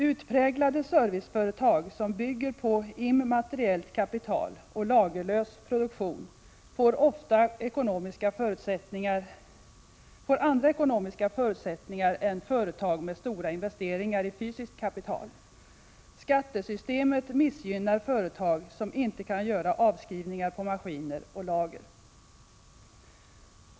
Utpräglade serviceföretag, som bygger på immateriellt kapital och lagerlös produktion, får andra ekonomiska förutsättningar än företag med stora investeringar i fysiskt kapital. Skattesystemet missgynnar företag som inte kan göra avskrivningar på maskiner och lager.